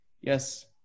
Yes